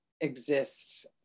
exists